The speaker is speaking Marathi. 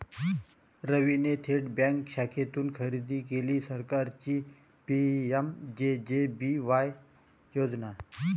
रवीने थेट बँक शाखेतून खरेदी केली सरकारची पी.एम.जे.जे.बी.वाय योजना